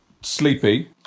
sleepy